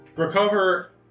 Recover